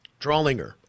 Drawlinger